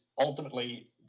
ultimately